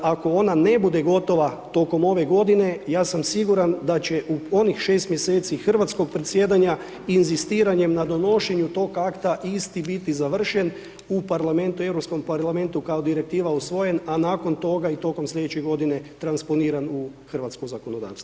Ako ona ne bude gotova tokom ove godine, ja sam siguran da će u onih 6 mjeseci hrvatskog predsjedanja inzistiranjem na donošenju toga akta, isti biti završen u Parlamentu, Europskom Parlamentu, kao Direktiva usvojen, a nakon toga i tokom slijedeće godine transponiran u hrvatsko zakonodavstvo.